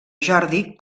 jordi